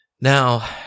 Now